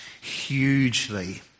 hugely